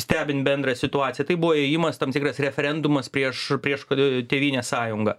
stebint bendrą situaciją tai buvo ėjimas tam tikras referendumas prieš prieš kod tėvynės sąjungą